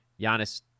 Giannis